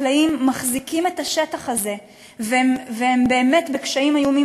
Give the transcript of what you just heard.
החקלאים מחזיקים את השטח הזה והם באמת בקשיים איומים.